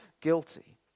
guilty